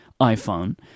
iPhone